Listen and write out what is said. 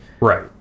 Right